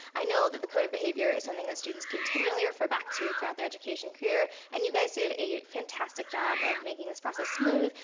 i know that the code of behavior is something that students continually refer back to throughout their education career and you guys did a fantastic job of making this process smooth.